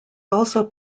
also